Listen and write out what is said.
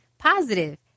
positive